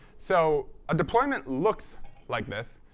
so a deployment looks like this.